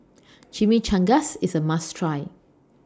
Chimichangas IS A must Try